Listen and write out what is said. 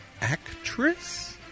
actress